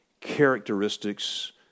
characteristics